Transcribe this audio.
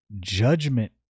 judgment